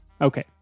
Okay